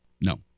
No